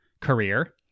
career